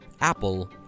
Apple